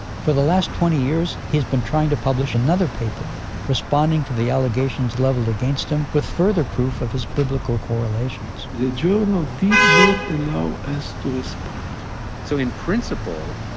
for the last twenty years he's been trying to publish another paper responding to the allegations leveled against him with further proof of his biblical correlations journal did not allow us to respond so in principle,